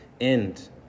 end